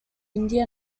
india